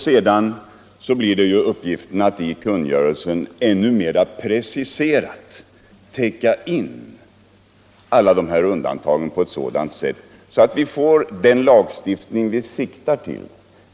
Sedan får man i kungörelsen ännu mera preciserat täcka in alla de här undantagen så att vi får den lagstiftning vi siktar till.